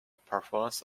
performance